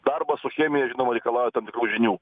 darbas su chemija žinoma reikalauja tam tikrų žinių